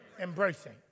embracing